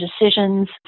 decisions